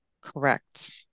correct